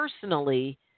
personally